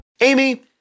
Amy